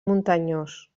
muntanyós